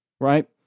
Right